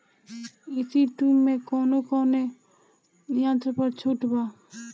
ई.सी टू मै कौने कौने यंत्र पर छुट बा?